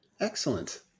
Excellent